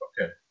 Okay